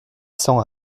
cents